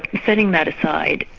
setting that aside,